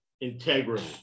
integrity